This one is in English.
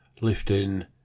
Lifting